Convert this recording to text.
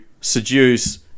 seduce